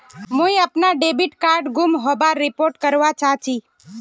मुई अपना debit card गूम होबार रिपोर्ट करवा चहची